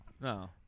No